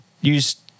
use